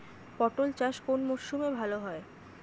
পটল চাষ কোন মরশুমে ভাল হয়?